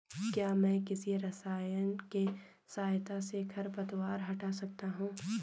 क्या मैं किसी रसायन के सहायता से खरपतवार हटा सकता हूँ?